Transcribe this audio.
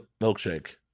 milkshake